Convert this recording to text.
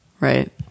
Right